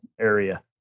area